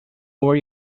worry